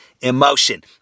emotion